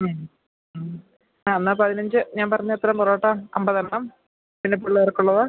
ഞാൻ ആ ആ എന്നാൽ പതിനഞ്ച് ഞാൻ പറഞ്ഞ അത്രയും പൊറോട്ട അമ്പതെണ്ണം പിന്നെ പിള്ളേര്ക്കുള്ളത്